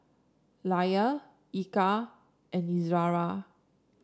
Elya Eka and Izzara